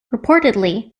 reportedly